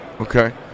Okay